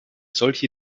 solche